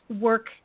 work